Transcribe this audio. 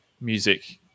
music